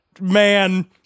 man-